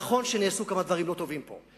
נכון שנעשו כמה דברים לא טובים פה,